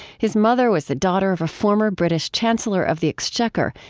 his mother was the daughter of a former british chancellor of the exchequer,